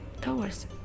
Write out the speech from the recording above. towers